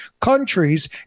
countries